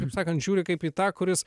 kaip sakant žiūri kaip į tą kuris